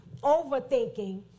overthinking